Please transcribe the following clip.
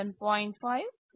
5 5